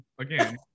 again